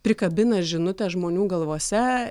prikabina žinutę žmonių galvose